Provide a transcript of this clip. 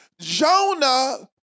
Jonah